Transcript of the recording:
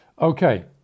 Okay